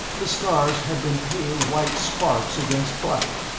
the stars had been pale white sparks against black.